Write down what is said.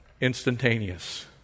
instantaneous